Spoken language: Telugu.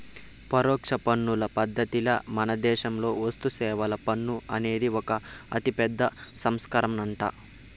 పరోక్ష పన్నుల పద్ధతిల మనదేశంలో వస్తుసేవల పన్ను అనేది ఒక అతిపెద్ద సంస్కరనంట